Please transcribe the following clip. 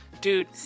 Dude